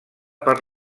per